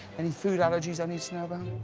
and food allergies i need